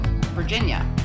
Virginia